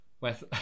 West